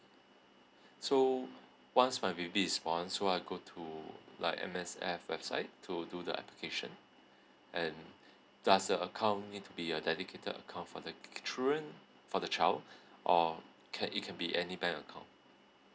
so once my baby is born so I go to like M_S_F website to do the application and does the account need to be a dedicated account for the children for the child or can it can be any bank account